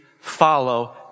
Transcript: follow